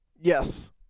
Yes